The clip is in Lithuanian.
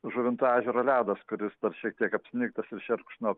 žuvinto ežero ledas kuris dar šiek tiek apsnigtas ir šerkšnu